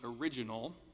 original